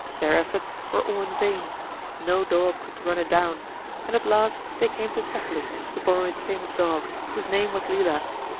their efforts were all in vain no dog could run it down and at last they came to cephalus to borrow his famous dog, whose name was lelaps.